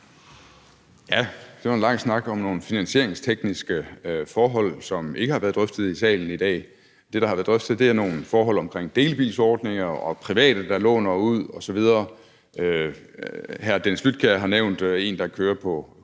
Det var en lang snak om nogle finansieringstekniske forhold, som ikke har været drøftet i salen i dag. Det, der har været drøftet, er nogle forhold omkring delebilsordninger og private, der låner ud, osv. Hr. Dennis Flydtkjær har nævnt en, der kører på motorvejen